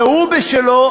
והוא בשלו,